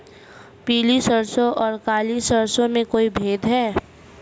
पीली सरसों और काली सरसों में कोई भेद है?